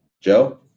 Joe